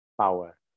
power